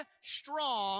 strong